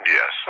Yes